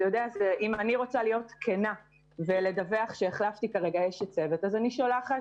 אם אני רוצה להיות כנה ולדווח שהחלפתי אשת צוות אז אני שולחת